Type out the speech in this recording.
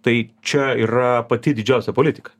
tai čia yra pati didžiausia politika